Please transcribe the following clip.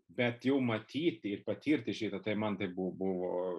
bet jau matyti ir patirti šį kartą man tai buvo buvo